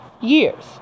years